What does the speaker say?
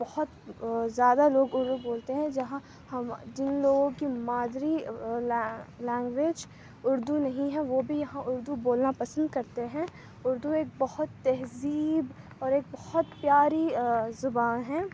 بہت زیادہ لوگ اُردو بولتے ہیں جہاں ہم جن لوگوں کی مادری لے لینگویج اُردو نہیں ہے وہ بھی یہاں اُردو بولنا پسند کرتے ہیں اُردو ایک بہت تہذیب اور ایک بہت پیاری زبان ہے